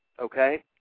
okay